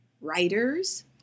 Writers